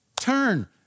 Turn